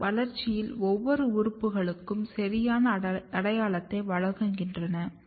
அவை வளர்ச்சியில் ஒவ்வொரு உறுப்புகளுக்கும் சரியான அடையாளத்தை வழங்குகின்றன